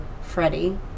Freddie